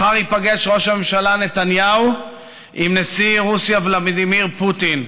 מחר ייפגש ראש הממשלה נתניהו עם נשיא רוסיה ולדימיר פוטין,